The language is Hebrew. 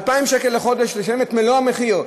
2,000 שקל בחודש, לשלם את מלוא המחיר.